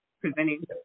Presenting